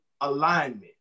alignment